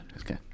okay